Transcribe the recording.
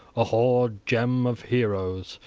a hoard-gem of heroes,